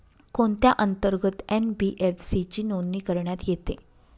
कोणत्या अंतर्गत एन.बी.एफ.सी ची नोंदणी करण्यात येते?